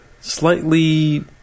slightly